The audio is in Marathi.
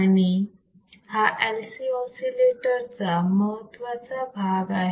आणि हा LC ऑसिलेटर चा महत्त्वाचा भाग आहे